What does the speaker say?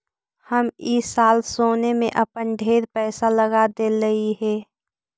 हम ई साल सोने में अपन ढेर पईसा लगा देलिअई हे